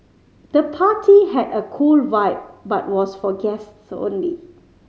the party had a cool vibe but was for guests only